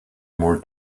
more